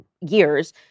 years